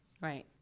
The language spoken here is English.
right